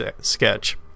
sketch